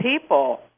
people